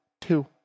two